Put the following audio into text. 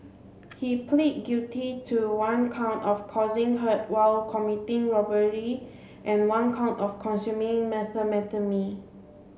he plead guilty to one count of causing hurt while committing robbery and one count of consuming methamphetamine